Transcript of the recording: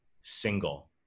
single